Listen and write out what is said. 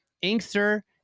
Inkster